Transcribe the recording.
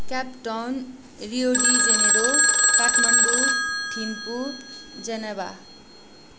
captain Rio de Janeiro Kathmandu Thimphu जेनेबा